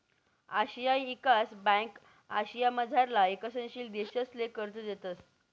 आशियाई ईकास ब्यांक आशियामझारला ईकसनशील देशसले कर्ज देतंस